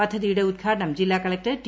പദ്ധതിയുടെ ഉദ്ഘാടനം ജില്ലാ കലക്ടർ ടി